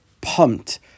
pumped